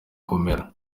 komera